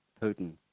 Putin